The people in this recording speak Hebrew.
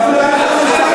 אני יודע שאתה גאה.